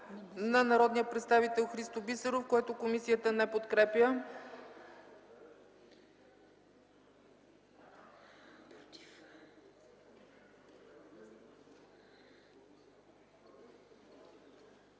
на народния представител Христо Бисеров, което комисията не подкрепя.